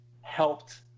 helped